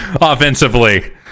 offensively